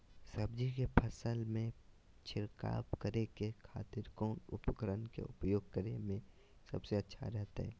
सब्जी के फसल में छिड़काव करे के खातिर कौन उपकरण के उपयोग करें में सबसे अच्छा रहतय?